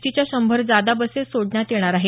T च्या शंभर जादा बसेस सोडण्यात येणार आहेत